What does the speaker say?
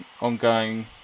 ongoing